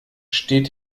steht